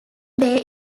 bay